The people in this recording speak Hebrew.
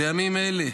בימים אלה,